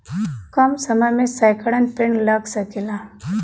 कम समय मे सैकड़न पेड़ लग सकेला